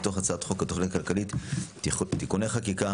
מתוך הצעת חוק התוכנית הכלכלית (תיקוני חקיקה